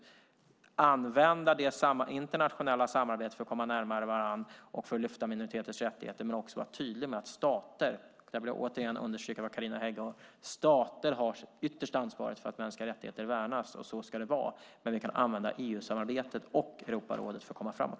Det handlar om att använda det internationella samarbetet för att komma närmare varandra och för att lyfta fram minoriteters rättigheter. Men vi måste också vara tydliga med att stater - och där vill jag återigen understryka det Carina Hägg sade - har det yttersta ansvaret för att mänskliga rättigheter värnas. Men vi kan använda EU-samarbetet och Europarådet för att komma framåt.